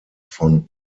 von